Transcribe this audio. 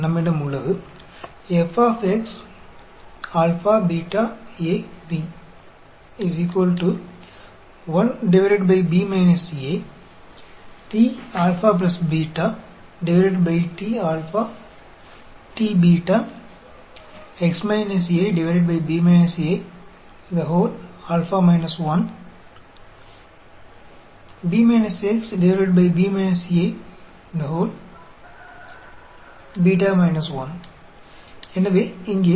हमारे पास है तो यहां हमारे पास 4 पैरामीटर हैं A B इसलिए आपका x A और B के बीच में आएगा और α β 2 पैरामीटर होगा जो हमेशा शून्य होता है